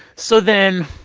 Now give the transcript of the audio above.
so then,